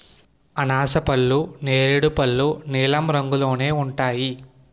అనాసపళ్ళు నేరేడు పళ్ళు నీలం రంగులోనే ఉంటాయి